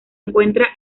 encuentra